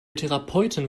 therapeutin